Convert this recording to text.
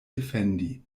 defendi